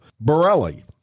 borelli